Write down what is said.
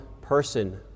person